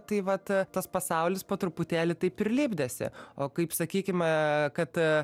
tai vat tas pasaulis po truputėlį taip ir lipdėsi o kaip sakykime kad